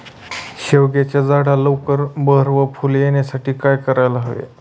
शेवग्याच्या झाडाला लवकर बहर व फूले येण्यासाठी काय करायला हवे?